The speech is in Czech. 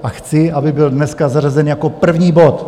A chci, aby byl dneska zařazen jako první bod.